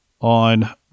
on